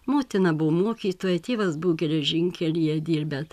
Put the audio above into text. motina buvo mokytoja tėvas buvo geležinkelyje dirbęs